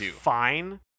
fine